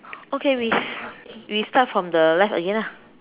okay we we start from the left again lah